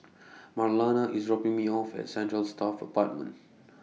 Marlana IS dropping Me off At Central Staff Apartment